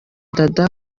dada